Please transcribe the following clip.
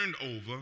over